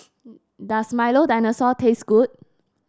does Milo Dinosaur taste good